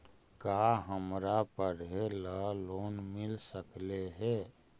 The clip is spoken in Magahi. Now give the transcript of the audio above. का हमरा पढ़े ल लोन मिल सकले हे?